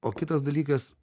o kitas dalykas